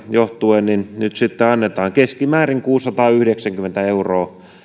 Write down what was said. johtuen nyt sitten annetaan keskimäärin kuusisataayhdeksänkymmentä euroa